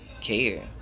care